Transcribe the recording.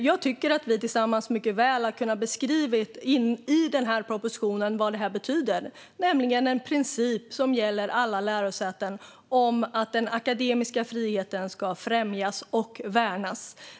Jag tycker att vi tillsammans mycket väl har kunnat beskriva i propositionen vad detta betyder, nämligen en princip som gäller alla lärosäten: att den akademiska friheten ska främjas och värnas.